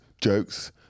jokes